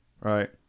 right